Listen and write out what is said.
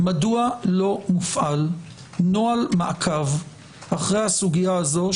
מדוע לא מופעל נוהל מעקב אחרי הסוגיה הזו,